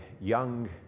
young